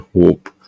hope